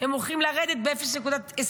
והם הולכים לרדת ב-0.29%.